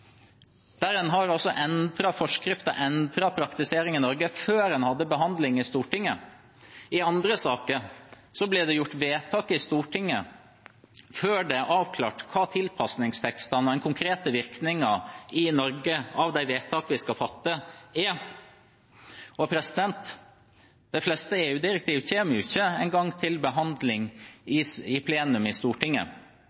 der en har endret forskrifter og praktisering i Norge før behandling i Stortinget. I andre saker ble det gjort vedtak i Stortinget før det var avklart hva tilpasningstekstene var, og hva som var den konkrete virkningen i Norge av de vedtakene vi skulle fatte. De fleste EU-direktiver kommer ikke engang til behandling i